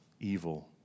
evil